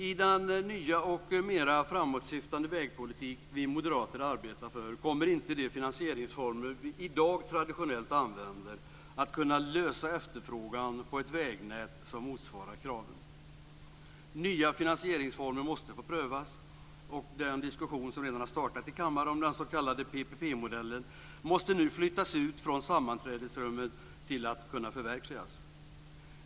I den nya och mer framåtsyftande vägpolitik som vi moderater arbetar för kommer inte de finansieringsformer som vi i dag traditionellt använder att kunna motsvara efterfrågan på ett vägnät som uppfyller kraven. Nya finansieringsformer måste få prövas, och den diskussion som redan har startat i kammaren om den s.k. PPP-modellen måste nu flyttas ut från sammanträdesrummen för att kunna förverkligas.